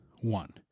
One